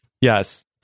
Yes